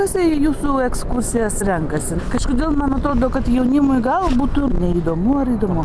kas į jūsų ekskursijas renkasi kažkodėl man atrodo kad jaunimui gal būtų neįdomu ar įdomu